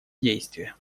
действия